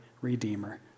redeemer